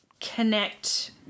connect